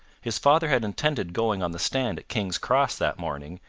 his father had intended going on the stand at king's cross that morning,